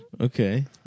Okay